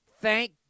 Thank